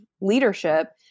leadership